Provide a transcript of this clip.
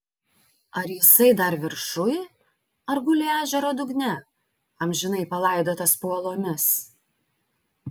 ar jisai dar viršuj ar guli ežero dugne amžinai palaidotas po uolomis